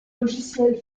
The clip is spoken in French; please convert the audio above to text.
logiciels